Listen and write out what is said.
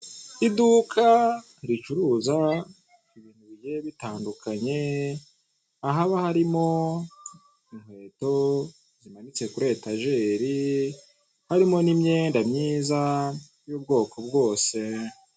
Iduka ricuruza ibintu bigiye bitandukanye ahaba hari inkweto zimanitse kuri etajeri harimo n'imyenda myiza y'ubwoko bwose .